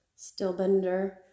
Stillbender